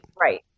Right